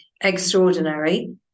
extraordinary